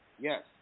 Yes